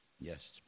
Yes